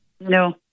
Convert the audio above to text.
No